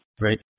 Right